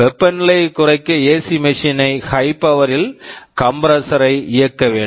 வெப்ப நிலையைக் குறைக்க AC machine AC machine high power high power ல் கம்ப்ரெஸ்ஸரை compressor ஐ இயக்க வேண்டும்